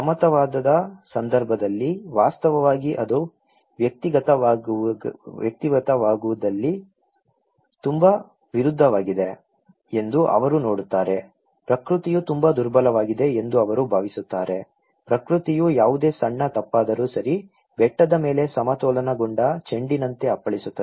ಸಮತಾವಾದದ ಸಂದರ್ಭದಲ್ಲಿ ವಾಸ್ತವವಾಗಿ ಅದು ವ್ಯಕ್ತಿಗತವಾದವುಗಳಿಗೆ ತುಂಬಾ ವಿರುದ್ಧವಾಗಿದೆ ಎಂದು ಅವರು ನೋಡುತ್ತಾರೆ ಪ್ರಕೃತಿಯು ತುಂಬಾ ದುರ್ಬಲವಾಗಿದೆ ಎಂದು ಅವರು ಭಾವಿಸುತ್ತಾರೆ ಪ್ರಕೃತಿಯು ಯಾವುದೇ ಸಣ್ಣ ತಪ್ಪಾದರೂ ಸರಿ ಬೆಟ್ಟದ ಮೇಲೆ ಸಮತೋಲನಗೊಂಡ ಚೆಂಡಿನಂತೆ ಅಪ್ಪಳಿಸುತ್ತದೆ